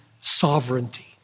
sovereignty